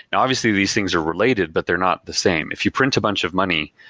and obviously these things are related, but they're not the same. if you print a bunch of money,